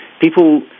people